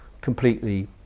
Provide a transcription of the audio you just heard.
completely